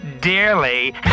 dearly